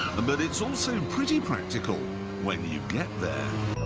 but it's also pretty practical when you get there.